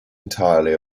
entirely